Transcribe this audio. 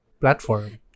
platform